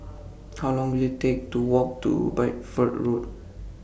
How Long Will IT Take to Walk to Bideford Road